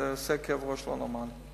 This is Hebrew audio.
זה עושה כאב ראש לא נורמלי.